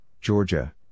Georgia